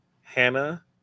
Hannah